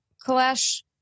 clash